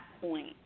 point